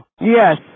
Yes